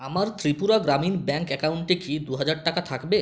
আমার ত্রিপুরা গ্রামীণ ব্যাঙ্ক অ্যাকাউন্টে কি দু হাজার টাকা থাকবে